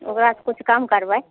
ओकरा सँ किछु काम करबै